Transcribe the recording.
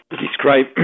describe